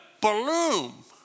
bloom